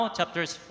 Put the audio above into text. chapters